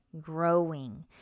growing